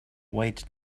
wait